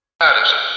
Madison